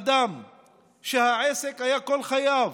אדם שהעסק היה כל חייו.